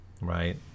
right